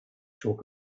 talk